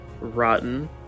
rotten